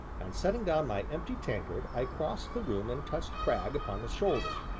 and, setting down my empty tankard, i crossed the room and touched cragg upon the shoulder.